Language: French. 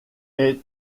est